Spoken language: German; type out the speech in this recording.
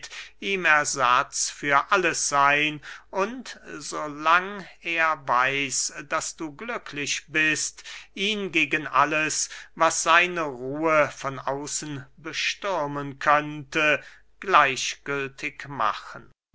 ihm ersatz für alles seyn und so lang er weiß daß du glücklich bist ihn gegen alles was seine ruhe von außen bestürmen könnte gleichgültig machen